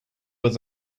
was